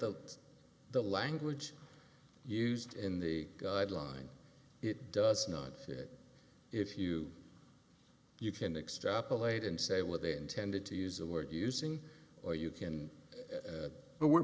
that the language used in the guidelines it does not fit if you you can extrapolate and say what they intended to use the word using or you can but we're